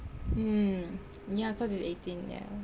mm yah cause it's eighteen yah